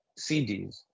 CDs